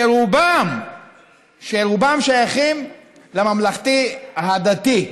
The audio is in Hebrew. שרובם שייכים לממלכתי-דתי,